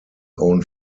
own